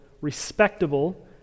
respectable